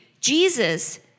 Jesus